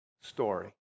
story